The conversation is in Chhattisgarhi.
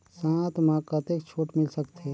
साथ म कतेक छूट मिल सकथे?